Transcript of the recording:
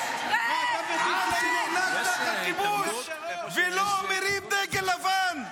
--- עם שנאנק תחת כיבוש ולא מרים דגל לבן,